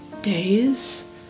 days